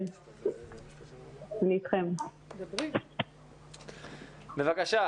לאנשים בהפגנות שאני שומר על הזכות הקריטית שלהם להפגין,